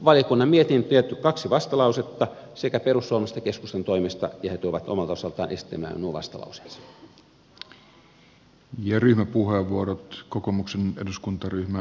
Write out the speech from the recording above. valiokunnan mietintöön on jätetty kaksi vastalausetta sekä perussuomalaisten että keskustan toimesta ja he tulevat omalta osaltaan esittelemään nuo vastalauseensa